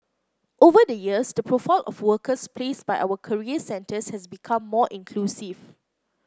over the years the profile of workers placed by our career centres has become more inclusive